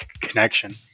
connection